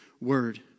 word